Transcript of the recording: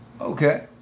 Okay